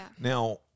Now